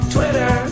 Twitter